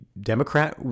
Democrat